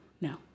no